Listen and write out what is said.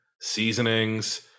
seasonings